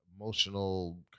emotional